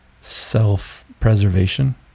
self-preservation